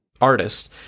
artist